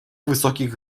высоких